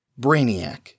Brainiac